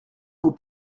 vos